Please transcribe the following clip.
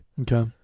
Okay